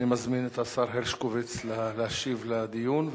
אני מזמין את השר הרשקוביץ להשיב לדיון,